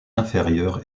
inférieure